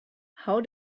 how